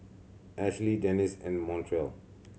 Ashli Denice and Montrell